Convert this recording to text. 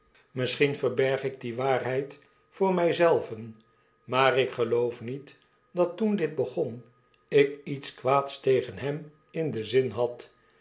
misschien verberg ik die waarheid voor my zelven maar ik geloof niet dat toen dit begon ik iets kwaads tegen hem in den zin had